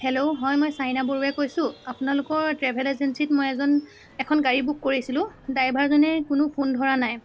hello হয় মই ছাইনা বৰুৱাই কৈছোঁ আপোনালোকৰ ট্ৰেভেল এজেঞ্চিত মই এজন এখন গাড়ী বুক কৰিছিলোঁ ড্ৰাইভাৰজনে কোনো ফোন ধৰা নাই